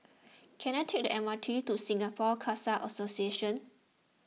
can I take the M R T to Singapore Khalsa Association